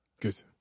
good